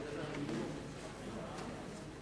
אלא אם כן אתה רוצה לעלות על הדוכן.